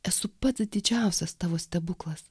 esu pats didžiausias tavo stebuklas